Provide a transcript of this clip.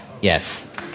Yes